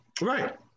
Right